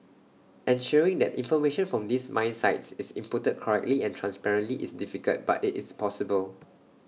ensuring that information from these mine sites is inputted correctly and transparently is difficult but IT is possible